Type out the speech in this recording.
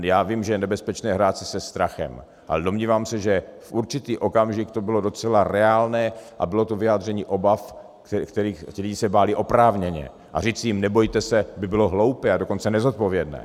Já vím, že je nebezpečné hrát si se strachem, ale domnívám se, v určitý okamžik to bylo docela reálné a bylo to vyjádření obav, kterých se báli oprávněně, a říci jim nebojte se by bylo hloupé, a dokonce nezodpovědné.